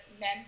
men